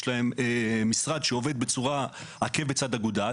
יש להם משרד שעובד עקב בצד אגודל.